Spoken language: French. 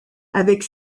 avec